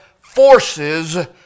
forces